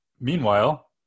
Meanwhile